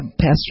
Pastor